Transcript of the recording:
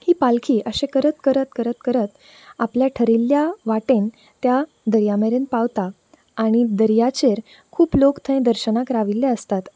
ही पालखी अशें करत करत करत करत आपले ठरिल्ल्या वाटेन त्या दर्या मेरेन पावता आनी दर्याचेर खूब लोक थंय दर्शनाक राविल्ले आसतात